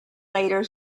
later